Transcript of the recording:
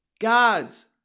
God's